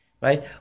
Right